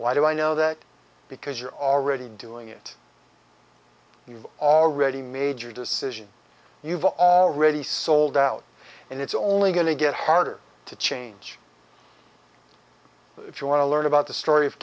why do i know that because you're already doing it you've already made your decision you've already sold out and it's only going to get harder to change if you want to learn about the